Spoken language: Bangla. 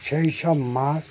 সেই সব মাছ